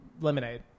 lemonade